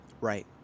Right